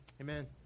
Amen